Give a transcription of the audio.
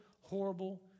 horrible